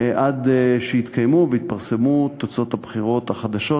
עד שיתקיימו ויתפרסמו תוצאות הבחירות החדשות,